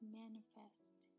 manifest